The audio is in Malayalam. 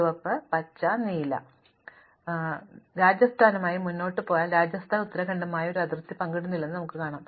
ഞങ്ങൾ രാജസ്ഥാനുമായി മുന്നോട്ട് പോയാൽ രാജസ്ഥാൻ ഉത്തരാഖണ്ഡുമായി ഒരു അതിർത്തി പങ്കിടുന്നില്ലെന്ന് നമുക്ക് കാണാം